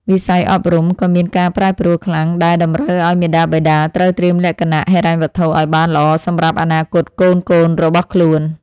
វិស័យអប់រំក៏មានការប្រែប្រួលខ្លាំងដែលតម្រូវឱ្យមាតាបិតាត្រូវត្រៀមលក្ខណៈហិរញ្ញវត្ថុឱ្យបានល្អសម្រាប់អនាគតកូនៗរបស់ខ្លួន។